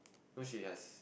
because she has